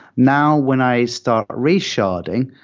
now, when i start resharding,